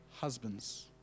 husbands